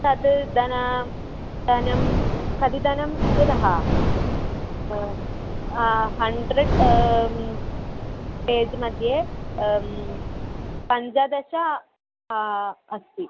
तद् धनं धनं कति धनम् इत्यतः हण्ड्रेड् पेज्मध्ये पञ्चदश अस्ति